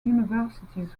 universities